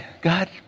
God